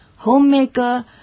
Homemaker